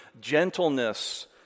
gentleness